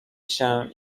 się